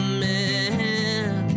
man